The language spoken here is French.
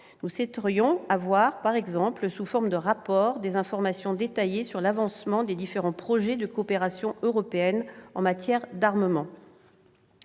souhaiterions obtenir, sous forme de rapport, des informations détaillées quant à l'avancement des différents projets de coopération européenne en matière d'armement.